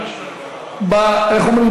איך אומרים,